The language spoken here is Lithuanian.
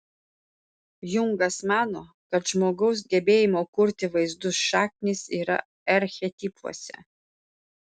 jungas mano kad žmogaus gebėjimo kurti vaizdus šaknys yra archetipuose